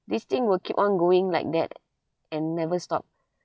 this thing will keep on going like that and never stop